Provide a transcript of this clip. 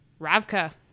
Ravka